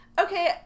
okay